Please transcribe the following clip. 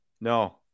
No